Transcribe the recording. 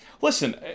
Listen